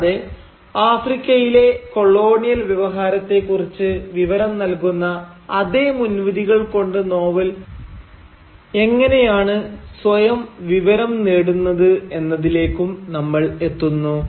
കൂടാതെ ആഫ്രിക്കയിലെ കോളോണിയൽ വ്യവഹാരത്തെ കുറിച്ച് വിവരം നൽകുന്ന അതേ മുൻവിധികൾ കൊണ്ട് നോവൽ എങ്ങനെയാണ് സ്വയം വിവരം നേടുന്നത് എന്നതിലേക്കും നമ്മൾ എത്തുന്നു